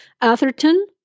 Atherton